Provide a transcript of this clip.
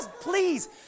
Please